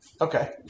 Okay